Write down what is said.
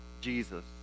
Jesus